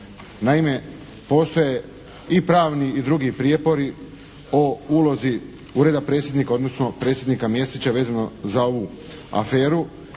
Naime, postoje i pravni i drugi prijepori o ulozi Ureda Predsjednika odnosno Predsjednika Mesića vezano za ovu aferu.